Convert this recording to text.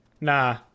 nah